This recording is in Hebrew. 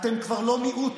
אתם כבר לא מיעוט.